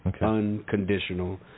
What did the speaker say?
unconditional